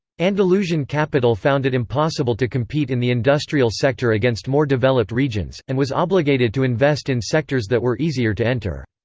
andalusian capital found it impossible to compete in the industrial sector against more developed regions, and was obligated to invest in sectors that were easier to enter.